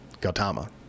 Gautama